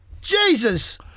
Jesus